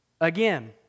Again